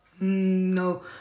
no